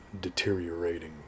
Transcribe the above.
deteriorating